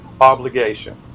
obligation